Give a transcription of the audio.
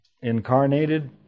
incarnated